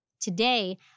Today